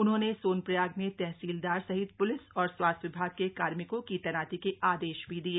उन्होंने सोनप्रयाग में तहसीलदार सहित प्लिस और स्वास्थ्य विभाग के कार्मिकों की तैनाती के आदेश भी दिये